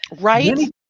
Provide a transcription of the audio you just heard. Right